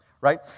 right